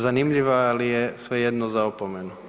Zanimljiva, ali je svejedno za opomenu.